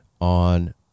on